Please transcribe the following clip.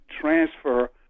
transfer